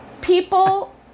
People